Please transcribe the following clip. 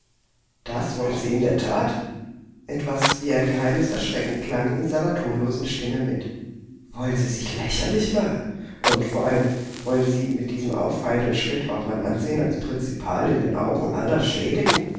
das wollten sie in der that etwas wie ein geheimes erschrecken klang in seiner tonlosen stimme mit wollen sie sich lächerlich machen und vor allem wollen sie mit diesem auffallenden schritt auch mein ansehen als prinzipal in den augen aller schädigen